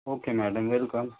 okay madam welcome